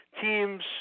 teams